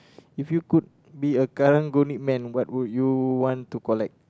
if you could be a karang-guni man what would you want to collect